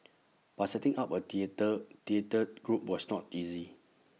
but setting up A theatre theatre group was not easy